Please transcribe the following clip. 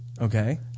Okay